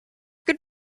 good